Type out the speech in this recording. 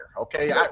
okay